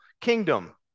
kingdom